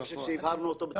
אני חושב שהבהרנו אותו.